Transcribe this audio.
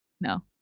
No